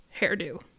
hairdo